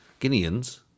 Guineans